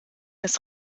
des